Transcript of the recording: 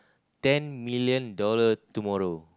ten million dollar tomorrow